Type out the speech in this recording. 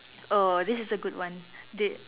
oh this is a good one did